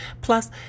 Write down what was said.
Plus